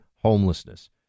homelessness